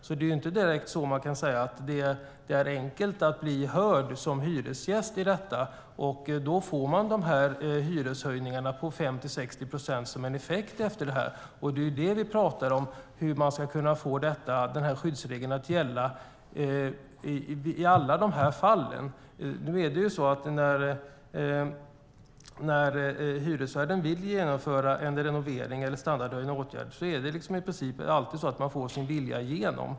Man kan därför inte direkt säga att det är enkelt att bli hörd som hyresgäst i fråga om detta. Då får man dessa hyreshöjningar på 50-60 procent som en effekt. Det som vi talar om är hur man ska kunna få denna skyddsregel att gälla i alla dessa fall. När hyresvärden vill genomföra en renovering eller en standardhöjande åtgärd är det i princip alltid så att man får sin vilja igenom.